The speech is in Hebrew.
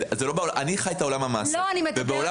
חי בעולם המעשה, ובעולם